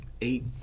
eight